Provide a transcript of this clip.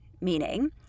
meaning